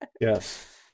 Yes